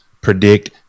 predict